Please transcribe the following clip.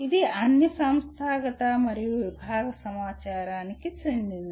ఇది అన్ని సంస్థాగత మరియు విభాగ సమాచారంకి చెందినది